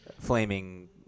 flaming